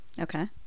Okay